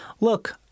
look